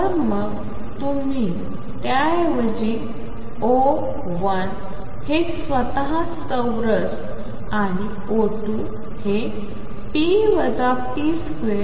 तर मग तुम्ही त्याऐवजी O1हे स्वतः चौरस आणि O2 हे p ⟨p⟩2